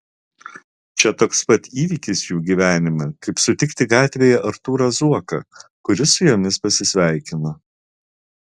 čia toks pat įvykis jų gyvenime kaip sutikti gatvėje artūrą zuoką kuris su jomis pasisveikina